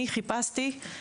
אני חיפשתי,